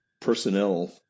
personnel